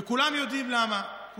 וכולם יודעים למה,